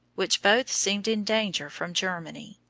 which both seemed in danger from germany.